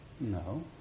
No